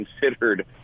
considered